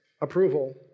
approval